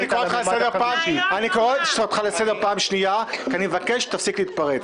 אני קורא אותך לסדר פעם שנייה ואני מבקש שתפסיק להתפרץ.